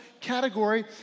category